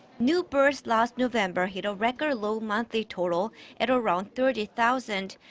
new births last november hit a record-low monthly total at around thirty thousand.